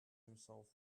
himself